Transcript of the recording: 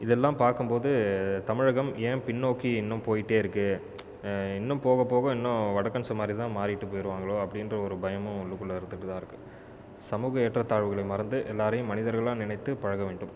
இதெல்லாம் பார்க்கும் போது தமிழகம் ஏன் பின்னோக்கி இன்னும் போயிகிட்டே இருக்குது இன்னும் போகப்போக இன்னும் வடக்கன்ஸ் மாதிரி தான் மாறிட்டு போயிருவாங்களோ அப்படி என்ற ஒரு பயமும் உள்ளுக்குள்ளே இருந்துக்கிட்டு தான் இருக்குது சமூக ஏற்றத்தாழ்வுகளை மறந்து எல்லோரையும் மனிதர்களாக நினைத்து பழக வேண்டும்